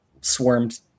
swarmed